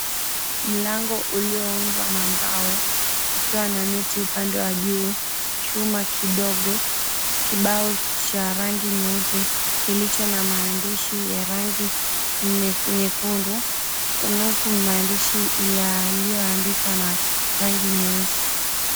Mlango ulioundwa na mbao, ukiwa na neti upande wa juu, chuma kidogo, kibao cha rangi nyeupe kilicho na maandishi ya rangi nyekundu, nuku maandishi yaliyoandikwa na rangi nyeusi.